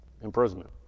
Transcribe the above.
Imprisonment